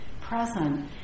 present